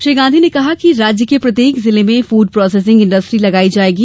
श्री गांधी ने कहा कि राज्य के प्रत्येक जिले में फड प्रोसेसिंग इंडस्ट्री लगायी जाएगी